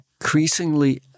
increasingly